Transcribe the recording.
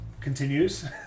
continues